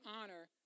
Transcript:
honor